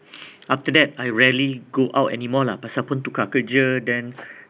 after that I rarely go out anymore lah pasal pun tukar kerja then